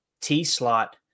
T-slot